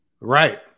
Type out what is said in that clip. Right